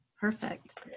perfect